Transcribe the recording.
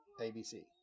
ABC